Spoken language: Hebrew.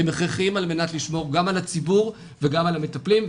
הם הכרחיים על-מנת לשמור גם על הציבור וגם על המטפלים.